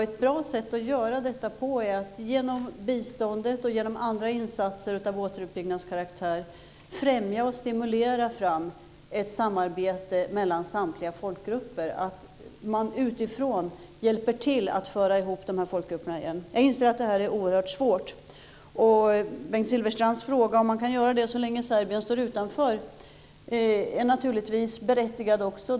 Ett bra sätt att göra detta på är att genom biståndet och andra insatser av återuppbyggnadskaraktär främja och stimulera fram ett samarbete mellan samtliga folkgrupper. Man ska utifrån hjälpa till att föra samman dessa folkgrupper. Jag inser att det är oerhört svårt. Bengt Silfverstrands fråga om detta kan göras så länge Serbien står utanför är naturligtvis berättigad.